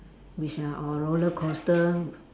we shall or roller coaster